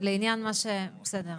אפשר